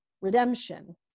redemption